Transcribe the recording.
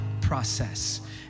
process